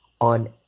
on